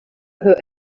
her